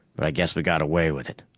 but i guess we got away with it.